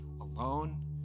alone